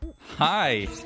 Hi